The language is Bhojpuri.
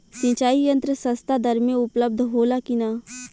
सिंचाई यंत्र सस्ता दर में उपलब्ध होला कि न?